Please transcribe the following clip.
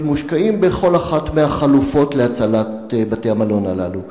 מושקעים בכל אחת מהחלופות להצלת בתי-המלון הללו.